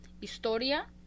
Historia